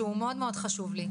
שהוא מאוד חשוב לי,